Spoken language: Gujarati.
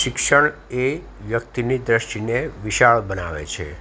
શિક્ષણ એ વ્યક્તિની દૃષ્ટિને વિશાળ બનાવે છે